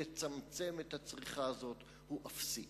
לצמצם את הצריכה הזאת היא אפסית.